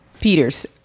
Peter's